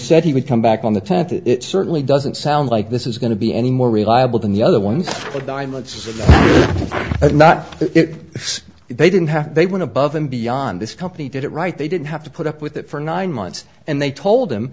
said he would come back on the tenth it certainly doesn't sound like this is going to be any more reliable than the other ones but imo it's not as if they didn't have they went above and beyond this company did it right they didn't have to put up with it for nine months and they told him